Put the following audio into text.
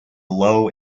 low